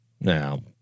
Now